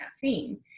caffeine